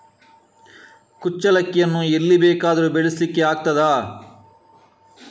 ಕುಚ್ಚಲಕ್ಕಿಯನ್ನು ಎಲ್ಲಿ ಬೇಕಾದರೂ ಬೆಳೆಸ್ಲಿಕ್ಕೆ ಆಗ್ತದ?